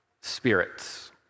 spirits